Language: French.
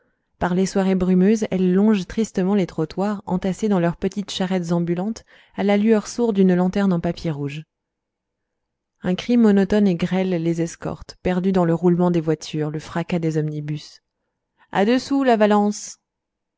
par les soirées brumeuses elles longent tristement les trottoirs entassées dans leurs petites charrettes ambulantes à la lueur sourde d'une lanterne en papier rouge un cri monotone et grêle les escorte perdu dans le roulement des voitures le fracas des omnibus à deux sous la valence